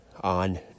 on